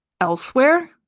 elsewhere